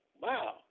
Wow